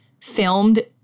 filmed